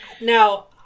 Now